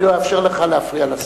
אני לא אאפשר לך להפריע לשר.